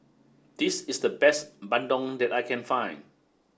this is the best Bandung that I can find